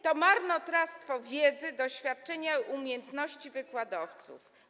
To marnotrawstwo wiedzy, doświadczenia i umiejętności wykładowców.